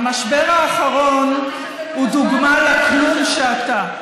המשבר האחרון הוא דוגמה לכלום שאתה.